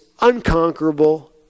unconquerable